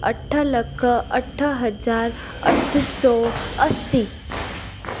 अठ लख अठ हज़ार अठ सौ असी